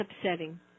upsetting